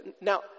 now